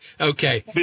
Okay